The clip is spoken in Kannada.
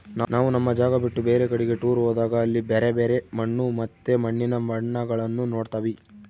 ನಾವು ನಮ್ಮ ಜಾಗ ಬಿಟ್ಟು ಬೇರೆ ಕಡಿಗೆ ಟೂರ್ ಹೋದಾಗ ಅಲ್ಲಿ ಬ್ಯರೆ ಬ್ಯರೆ ಮಣ್ಣು ಮತ್ತೆ ಮಣ್ಣಿನ ಬಣ್ಣಗಳನ್ನ ನೋಡ್ತವಿ